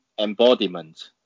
Embodiment